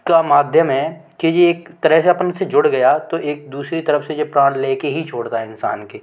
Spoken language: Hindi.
का माध्यम है कि ये एक तरह से अपन से जुड़ गया तो एक दूसरी तरफ़ से ये प्राण ले के ही छोड़ता है इंसान के